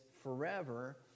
forever